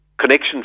connection